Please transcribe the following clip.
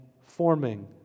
forming